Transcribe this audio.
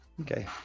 Okay